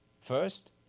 First